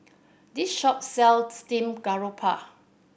this shop sell steamed garoupa